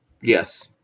Yes